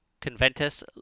Conventus